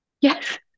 Yes